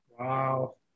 wow